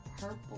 Purple